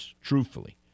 truthfully